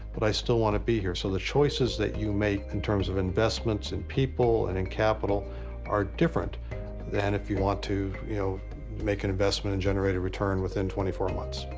but i still wanna be here. so the choices that you make in terms of investments and people and in capital are different than if you want to you know make an investment and generate a return within twenty four months.